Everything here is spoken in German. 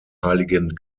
heiligen